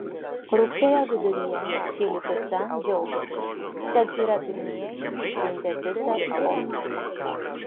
rugsėjo viduryje čili pica džiaugėsi kad yra pirmieji išsiuntę picą į kosmosą